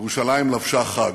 ירושלים לבשה חג.